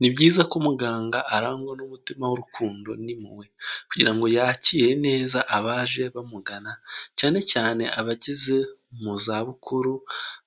Ni byiza ko muganga arangwa n'umutima w'urukundo n'impuhwe, kugirango yakire neza abaje bamugana, cyane cyane abageze mu za bukuru